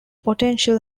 potential